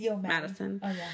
Madison